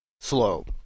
slow